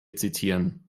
zitieren